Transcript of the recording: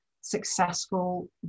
successful